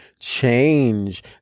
change